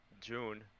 June